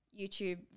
YouTube